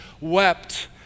wept